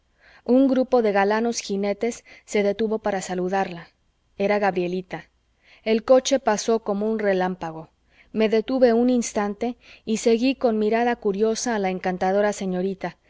un grupo de galanos jinetes se detuvo para saludarla era gabrielita el coche pasó como un relámpago me detuve un instante y seguí con mirada curiosa a la encantadora señorita